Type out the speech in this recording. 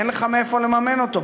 ואין לך מאיפה לממן אותו.